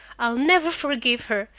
i'll never forgive her!